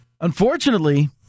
Unfortunately